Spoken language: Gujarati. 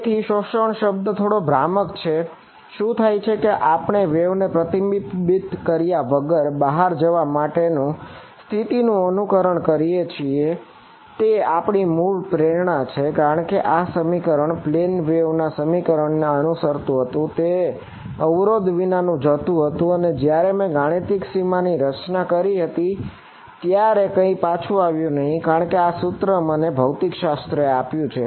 તેથી શોષણ નો શબ્દ થોડો ભ્રામક છે શું થાય છે કે આપણે વેવ ને પ્રતિબિંબિત કાર્ય વગર બહાર જવા માટેની સ્થિતિ નું અનુકરણ કરીએ છીએ તે આપણી મૂળ પ્રેરણા છે કારણ કે આ સમીકરણ એ પ્લેન વેવ ના સમીકરણ ને અનુસરતું હતું તે અવરોધ વિનાનું જતું હતું અને જયારે મેં ગાણિતિક સીમાની રચના કરી ત્યારે કઈ પછી આવ્યું નહિ કારણ કે આ સૂત્ર મને ભૌતિકશાસ્ત્ર એ આપ્યું છે